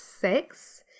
six